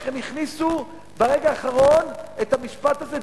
איך הם הכניסו ברגע האחרון את המשפט הזה,